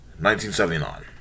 1979